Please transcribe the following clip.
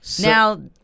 now